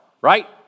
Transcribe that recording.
Right